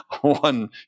one